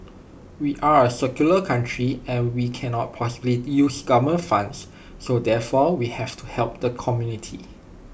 we are A secular country and we cannot possibly use government funds so therefore we have to help the community